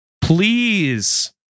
please